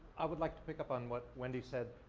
i would like to pick up on what wendy said,